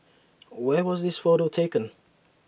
where was this photo taken